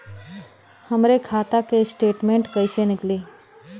हमरे खाता के स्टेटमेंट कइसे निकली?